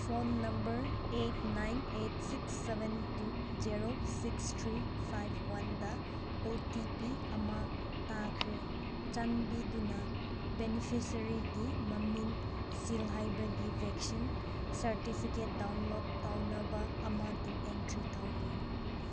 phone number eight nine eight six seven two zero six three five ꯋꯥꯟꯗ O T P ꯑꯃ ꯊꯥꯈ꯭ꯔꯦ ꯆꯥꯟꯕꯤꯗꯨꯅ ꯕꯤꯅꯤꯐꯤꯁꯔꯤꯒꯤ ꯃꯃꯤꯡ ꯁꯤꯜꯍꯩꯕꯒꯤ ꯚꯦꯛꯁꯤꯟ ꯁꯥꯔꯇꯤꯐꯤꯀꯦꯠ ꯗꯥꯎꯟꯂꯣꯠ ꯇꯧꯅꯕ ꯃꯗꯨ ꯑꯦꯟꯇ꯭ꯔꯤ ꯇꯧꯕꯤꯌꯨ